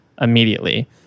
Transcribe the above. immediately